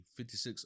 56